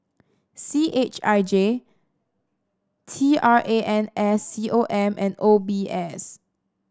C H I J T R A N S C O M and O B S